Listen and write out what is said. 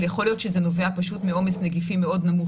אבל יכול להיות שזה נובע פשוט מעומס נגיפים נמוך